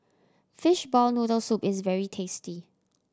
fishball noodle soup is very tasty